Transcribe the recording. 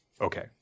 Okay